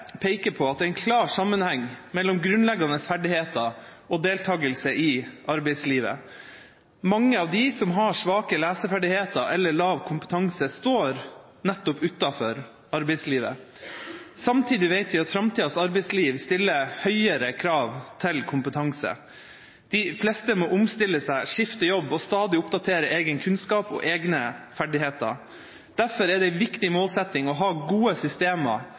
peker på at det er en klar sammenheng mellom grunnleggende ferdigheter og deltakelse i arbeidslivet. Mange av dem som har svake leseferdigheter eller lav kompetanse, står nettopp utenfor arbeidslivet. Samtidig vet vi at framtidas arbeidsliv stiller høyere krav til kompetanse. De fleste må omstille seg, skifte jobb og stadig oppdatere egen kunnskap og egne ferdigheter. Derfor er det en viktig målsetting å ha gode systemer